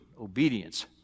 obedience